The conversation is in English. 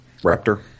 Raptor